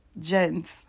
gents